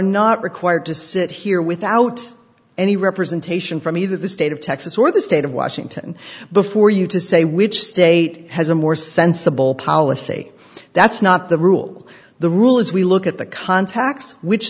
not required to sit here without any representation from either the state of texas or the state of washington before you to say which state has a more sensible policy that's not the rule the rule is we look at the contacts which